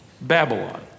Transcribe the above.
Babylon